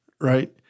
right